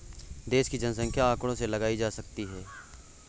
देश की जनसंख्या आंकड़ों से लगाई जा सकती है